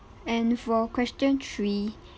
and for question three